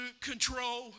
control